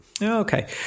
Okay